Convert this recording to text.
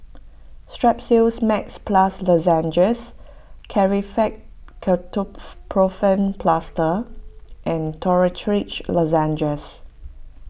Strepsils Max Plus Lozenges Ketoprofen Plaster and Dorithricin Lozenges